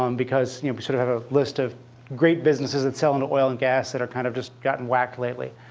um because you know we sort of have a list of great businesses that sell into oil and gas that are kind of just gotten whacked lately.